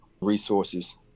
resources